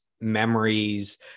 memories